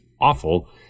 awful